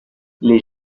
les